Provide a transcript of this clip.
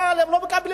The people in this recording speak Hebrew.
אבל הם לא מקבלים